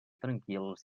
tranquils